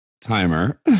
Timer